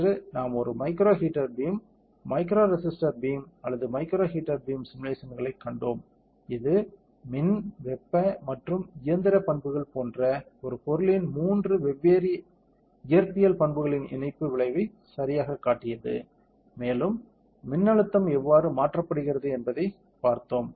இன்று நாம் ஒரு micro heater beam micro resistor beam அல்லது மைக்ரோ ஹீட்டர் பீம் சிமுலேஷன்ஸ்களைக் கண்டோம் இது மின் வெப்ப மற்றும் இயந்திர பண்புகள் போன்ற ஒரு பொருளின் மூன்று வெவ்வேறு இயற்பியல் பண்புகளின் இணைப்பு விளைவைச் சரியாகக் காட்டியது மேலும் மின் மின்னழுத்தம் எவ்வாறு மாற்றப்படுகிறது என்பதைப் பார்த்தோம்